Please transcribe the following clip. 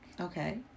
Okay